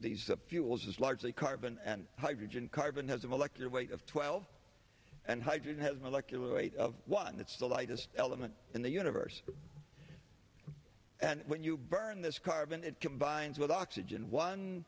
these fuels is largely carbon and hydrogen carbon has a molecular weight of twelve and hydrogen has a molecular weight of one that's the lightest element in the universe and when you burn this carbon it combines with oxygen one